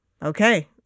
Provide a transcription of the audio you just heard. Okay